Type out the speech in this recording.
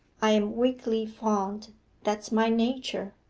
i am weakly fond that's my nature.